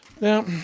Now